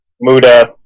Muda